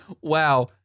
wow